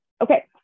okay